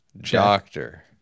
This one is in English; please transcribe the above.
Doctor